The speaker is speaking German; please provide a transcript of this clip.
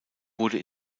wurde